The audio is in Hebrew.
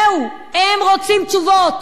זהו, הם רוצים תשובות.